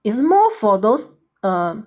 is more for those um